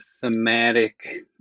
thematic